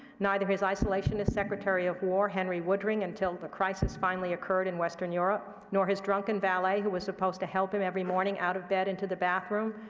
neither his isolationist secretary of war henry woodring until the crisis finally occurred in western europe, nor his drunken valet who was supposed to help him every morning out of bed into the bathroom,